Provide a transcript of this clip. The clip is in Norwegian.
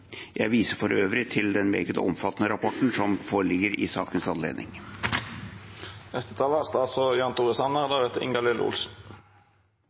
Jeg viser for øvrig til den meget omfattende rapporten som foreligger i sakens anledning.